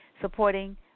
supporting